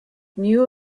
knew